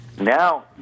Now